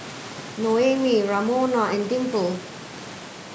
Noemi Ramona and Dimple